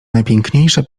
najpiękniejsza